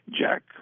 Jack